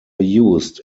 used